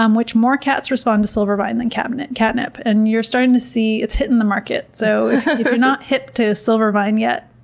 um which more cats respond to silver vine than catnip. and you're starting to see, it's hitting the market. so if you're not hip to silver vine yet,